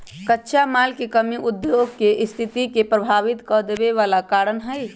कच्चा माल के कमी उद्योग के सस्थिति के प्रभावित कदेवे बला कारण हई